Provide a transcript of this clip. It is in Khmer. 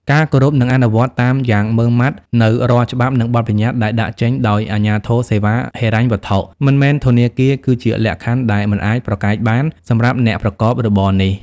ការគោរព និងអនុវត្តតាមយ៉ាងម៉ត់ចត់នូវរាល់ច្បាប់ និងបទបញ្ញត្តិដែលដាក់ចេញដោយអាជ្ញាធរសេវាហិរញ្ញវត្ថុមិនមែនធនាគារ គឺជាលក្ខខណ្ឌដែលមិនអាចប្រកែកបានសម្រាប់អ្នកប្រកបរបរនេះ។